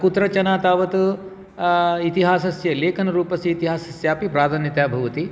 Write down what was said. कुत्रचन तावत् इतिहासस्य लेखनरूपस्य इतिहासस्यापि प्राधान्यता भवति